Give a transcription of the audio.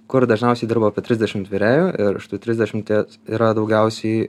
kur dažniausiai dirba apie trisdešimt virėjų ir iš tų trisdešimties yra daugiausiai